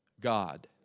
God